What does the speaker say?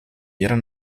ihrer